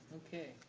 okay.